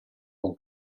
con